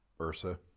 Ursa